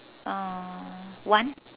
uh one